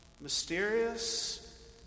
mysterious